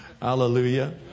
Hallelujah